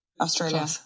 Australia